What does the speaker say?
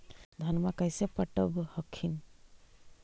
धन्मा कैसे पटब हखिन?